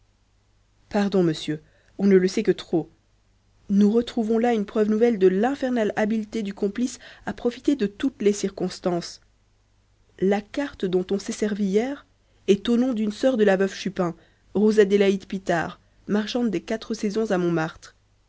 pardon monsieur on ne le sait que trop nous retrouvons là une preuve nouvelle de l'infernale habileté du complice à profiter de toutes les circonstances la carte dont on s'est servi hier est au nom d'une sœur de la veuve chupin rose adélaïde pitard marchande des quatre saisons à montmartre